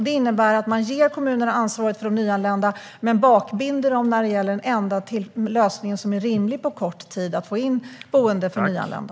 Det innebär att man ger kommunerna ansvaret för de nyanlända men bakbinder dem när det gäller den enda lösning som är rimlig för att på kort tid få fram boenden för nyanlända.